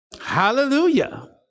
Hallelujah